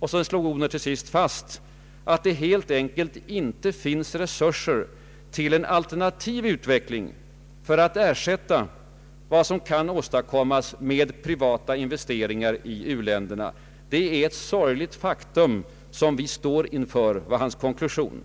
Odhner slog till sist också fast att ”det helt enkelt inte finns resurser till en alternativ utveckling för att ersätta vad som kan åstadkommas med privata investeringar i u-länderna. Det är ett sorgligt faktum som vi står inför”, var hans konklusion.